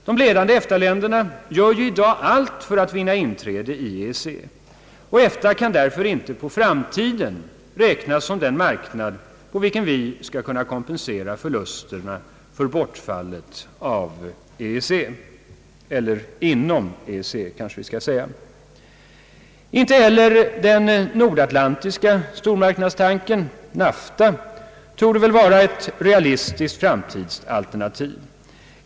De ledande EFTA-länderna gör i dag allt för att vinna inträde i EEC, och EFTA kan därför inte för framtiden räknas som den marknad på vilken vi skall kunna kompensera förlusterna för bortfallet inom EEC, Inte heller den nordatlantiska stormarknadstanken, NAFTA, torde vara ett realistiskt framtidsalternativ.